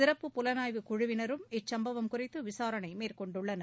சிறப்பு புலனாய்வு குழுவினரும் இச்சம்பவம் குறித்து விசாரணை மேற்கொண்டுள்ளனர்